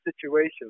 situations